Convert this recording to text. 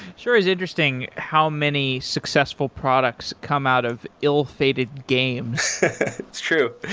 sure. it's interesting how many successful products come out of ill-fated games it's true.